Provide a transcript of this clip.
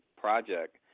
project